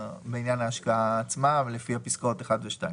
ההשקעה עצמה לפי פסקאות (1) ו-(2).